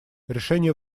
решение